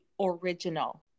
original